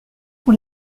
pour